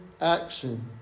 action